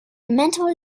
mental